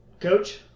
Coach